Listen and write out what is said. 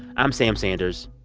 i'm sam sanders.